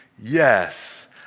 Yes